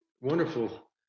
wonderful